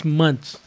months